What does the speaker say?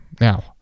Now